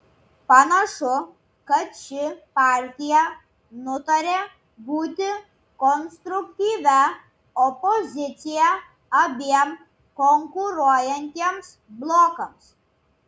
panašu kad ši partija nutarė būti konstruktyvia opozicija abiem konkuruojantiems blokams